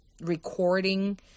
recording